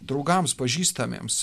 draugams pažįstamiems